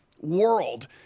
world